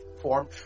form